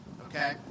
okay